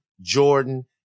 Jordan